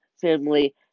family